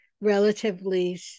relatively